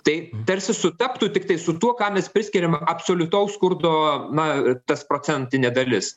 tai tarsi sutaptų tiktai su tuo ką mes priskiriam absoliutaus skurdo na tas procentinė dalis